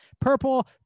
purple